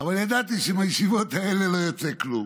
אבל ידעתי שמהישיבות האלה לא יוצא כלום.